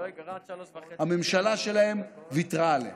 הממשלה שלהם ויתרה עליהם.